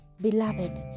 Beloved